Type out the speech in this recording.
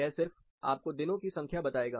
यह सिर्फ आपको दिनों की संख्या बताएगा